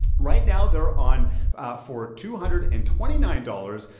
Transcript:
right now they're on a for two hundred and twenty nine dollars,